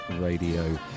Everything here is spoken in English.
Radio